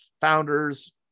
founders